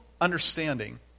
understanding